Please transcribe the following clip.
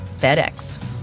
FedEx